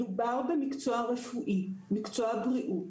מדובר במקצוע רפואי, מקצוע בריאות,